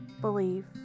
Believe